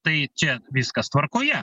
tai čia viskas tvarkoje